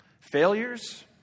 failures